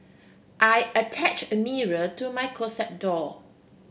I attach a mirror to my closet door